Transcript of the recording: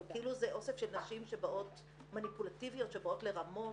כאילו זה אוסף של נשים מניפולטיביות שבאות לרמות.